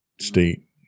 state